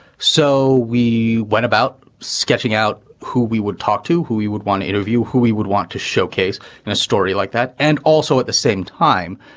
so we went about sketching out who we would talk to, who we would want to interview, who we would want to showcase in a story like that. and also, at the same time,